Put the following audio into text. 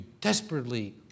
desperately